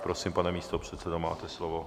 Prosím, pane místopředsedo, máte slovo.